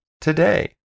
today